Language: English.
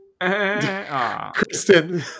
Kristen